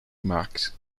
max